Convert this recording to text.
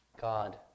God